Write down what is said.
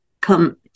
come